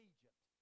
Egypt